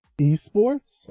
...eSports